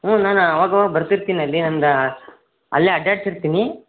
ಹ್ಞೂ ನಾನು ಆಗ ಆಗ ಬರ್ತಿರ್ತೀನಲ್ಲಿ ನನ್ನದು ಅಲ್ಲೇ ಅಡ್ಡಾಡ್ತಿರ್ತೀನಿ